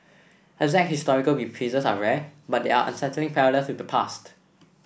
exact historical reprises are rare but there are unsettling parallels with the past